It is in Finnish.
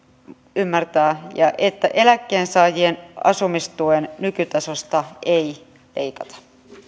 ymmärtää että eläkkeensaajien asumistuen nykytasosta ei leikata